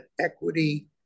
equity